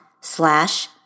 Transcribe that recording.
slash